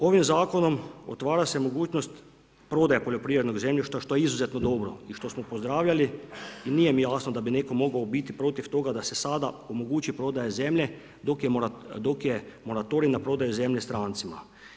Ovim zakonom otvara se mogućnost prodaje poljoprivrednog zemljišta što je izuzetno dobro i što smo pozdravljali i nije mi jasno da bi netko mogao biti protiv toga da se sada omogući prodaja zemlje dok je moratorij na prodaju zemlje strancima.